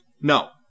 No